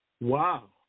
Wow